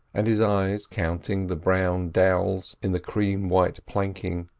and his eyes counting the brown dowels in the cream-white planking,